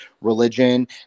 religion